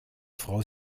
frau